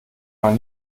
man